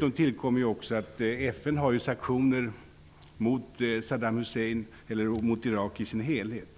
Därtill kommer FN:s sanktioner mot Irak i dess helhet.